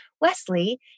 Wesley